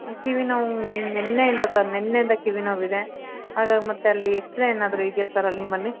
ಕಿವಿ ನೋವು ನನ್ಗೆ ನಿನ್ನೆಯಿಂದ ಸರ್ ನಿನ್ನೆಯಿಂದ ಕಿವಿ ನೋವಿದೆ ಅದು ಮತ್ತು ಅಲ್ಲಿ ಎಕ್ಸ್ರೇ ಏನಾದರು ಇದೆಯಾ ಸರ್ ಅಲ್ಲಿ ನಿಮ್ಮಲ್ಲಿ